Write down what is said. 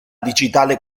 digitale